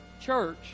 church